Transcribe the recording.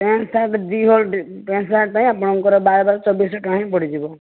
pant shirt ଦୁଇହଳ pant shirt ପାଇଁ ଆପଣଙ୍କର ବାର ବାର ଚବିଶ ଶହ ଟଙ୍କା ହିଁ ପଡ଼ିଯିବ